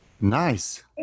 Nice